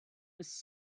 was